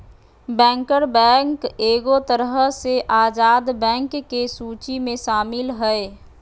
banker bank एगो तरह से आजाद बैंक के सूची मे शामिल हय